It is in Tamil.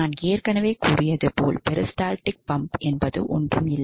நான் ஏற்கனவே கூறியது போல் பெரிஸ்டால்டிக் பம்ப் ஒன்றும் இல்லை